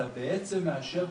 אם זה יהיה יותר מדי